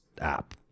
app